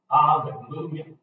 Hallelujah